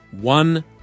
one